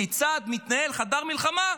כיצד מתנהל חדר מלחמה.